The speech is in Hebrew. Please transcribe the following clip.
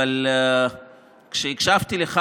אבל כשהקשבתי לך,